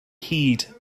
hyd